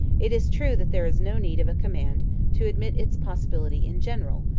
it is true that there is no need of a command to admit its possibility in general,